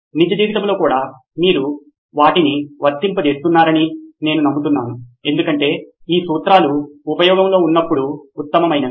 నిజ జీవితంలో కూడా మీరు వాటిని వర్తింపజేస్తున్నారని నేను నమ్ముతున్నాను ఎందుకంటే ఈ సూత్రాలు ఉపయోగంలో ఉన్నప్పుడు ఉత్తమమైనవి